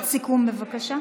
משפט סיכום, בבקשה.